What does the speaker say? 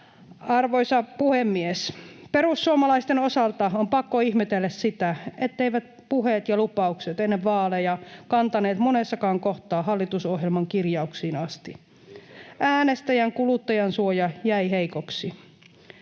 Arvoisa puhemies! Perussuomalaisten osalta on pakko ihmetellä sitä, etteivät puheet ja lupaukset ennen vaaleja kantaneet monessakaan kohtaa hallitusohjelman kirjauksiin asti. [Sheikki Laakson välihuuto] Äänestäjän kuluttajansuoja jäi heikoksi.